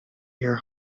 your